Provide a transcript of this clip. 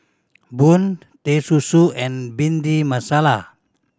bun Teh Susu and Bhindi Masala